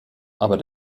aber